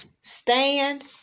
stand